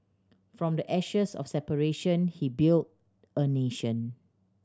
from the ashes of separation he built a nation